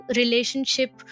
relationship